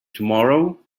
tomorrow